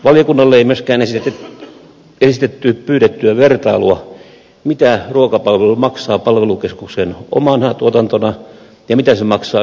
valiokunnalle ei myöskään esitetty pyydettyä vertailua siitä mitä ruokapalvelu maksaa palvelukeskuksen omana tuotantona ja mitä se maksaa yhtiön tuottamana